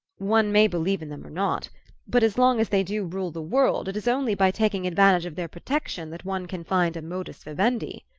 one may believe in them or not but as long as they do rule the world it is only by taking advantage of their protection that one can find a modus vivendi.